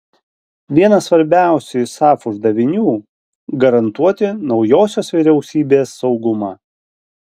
vienas svarbiausių isaf uždavinių garantuoti naujosios vyriausybės saugumą